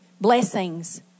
blessings